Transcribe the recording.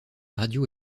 radio